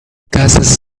gases